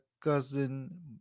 cousin